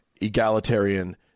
egalitarian